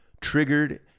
triggered